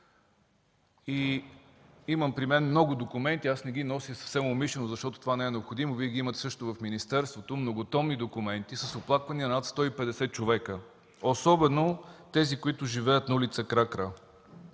Имам при мен много документи. Не ги нося съвсем умишлено. Това не е необходимо. Вие ги имате също в министерството. Това са многотомни документи с оплаквания от над 150 човека, особено от тези, които живеят на ул. „Кракра”,